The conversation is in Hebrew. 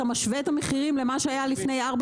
אתה משווה את המחירים למה שהיה לפני ארבע